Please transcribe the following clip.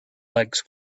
legs